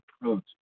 approach